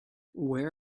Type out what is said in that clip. where